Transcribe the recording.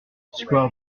square